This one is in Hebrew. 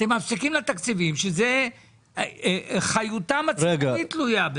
אתם מפסיקים לה תקציבים שזה חיותם הציבורית תלויה בזה.